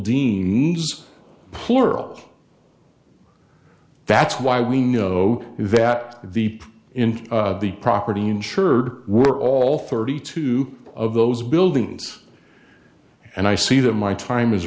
needs plural that's why we know that the in the property insured were all thirty two of those buildings and i see that my time is